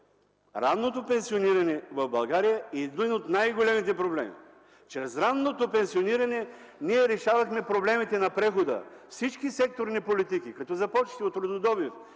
Ранното пенсиониране в България е един от най-големите проблеми. Чрез ранното пенсиониране ние решавахме проблемите на прехода, всички секторни политики като започнете от рудодобив,